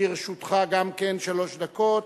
לרשותך גם כן שלוש דקות.